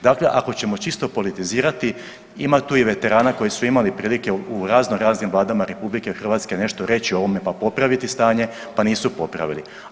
Dakle ako ćemo čisto politizirati ima tu i veterana koji su imali prilike u razno raznim Vladama RH nešto reći o ovome, pa popraviti stanje, pa nisu popraviti.